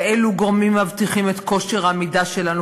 ואילו גורמים מבטיחים את כושר העמידה שלנו